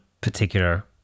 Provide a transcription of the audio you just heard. particular